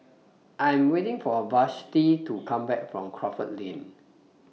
I Am waiting For Vashti to Come Back from Crawford Lane